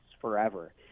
forever